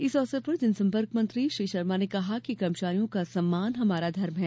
इस अवसर पर जनसम्पर्क मेंत्री श्री शर्मा ने कहा कि कर्मचारियों का सम्मान हमारा धर्म हैं